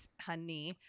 honey